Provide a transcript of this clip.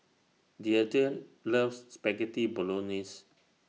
Deandra loves Spaghetti Bolognese